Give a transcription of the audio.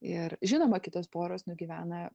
ir žinoma kitos poros nugyvena